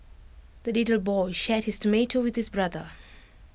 the little boy shared his tomato with his brother